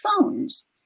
phones